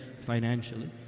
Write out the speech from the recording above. financially